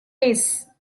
case